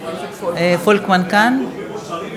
טלי, אמרת שתי הצבעות.